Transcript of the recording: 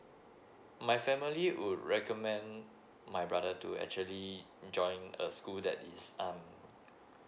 my family would recommend my brother to actually join a school that is um